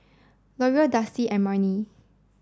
Leora Dusty and Marni